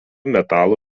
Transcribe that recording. metalų